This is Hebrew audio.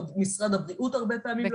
עוד משרד הבריאות הרבה פעמים לא יודע.